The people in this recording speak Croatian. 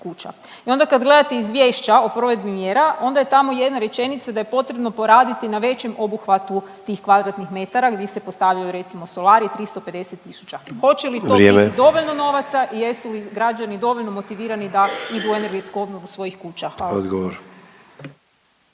kuća i onda kad gledate izvješća o provedbi mjera, onda je tamo jedna rečenica da je potrebno poraditi o većem obuhvatu tih kvadratnih metara, gdje se postavljaju, recimo, solari, 350 tisuća. Hoće li to biti dovoljno … .../Upadica: Vrijeme./... novaca i jesu li građani dovoljno motivirani da idu u energetsku obnovu svojih kuća? Hvala.